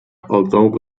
although